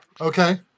Okay